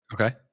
Okay